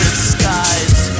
disguised